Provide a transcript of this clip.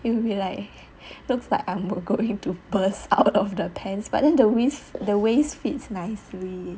it will be like looks like I am going to burst out of the pants but then the waist the waist fits nicely